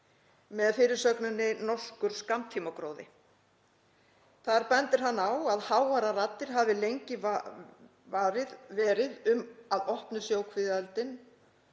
með fyrirsögninni: Norskur skammtímagróði. Þar bendir hann á að háværar raddir hafi lengi varað við opnu sjókvíaeldi